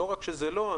לא רק שזה לא,